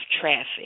traffic